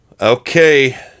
Okay